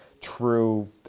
true